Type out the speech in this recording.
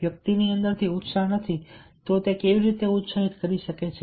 વ્યક્તિની અંદરથી ઉત્સાહી નથી તો તે કેવી રીતે ઉત્સાહિત કરી શકે છે